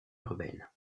urbaine